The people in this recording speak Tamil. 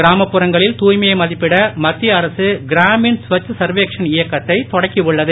கிராமப்புறங்களில் தாய்மையை மதிப்பிட மத்திய அரசு கிராமீண் ஸ்வச் சர்வேக்ஷன் இயக்கத்தைத் தொடக்கி உள்ளது